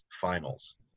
finals